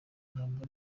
ntabwo